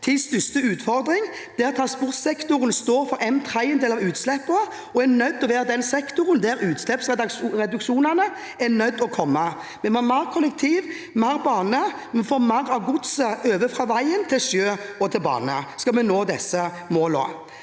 tids største utfordring, der transportsektoren står for en tredjedel av utslippene og er nødt til å være den sektoren der utslippsreduksjonen må komme. Vi må ha mer kollektiv og mer bane. Vi må få mer av godset over fra vei til sjø og bane, skal vi nå disse målene.